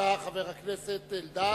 חבר הכנסת אלדד,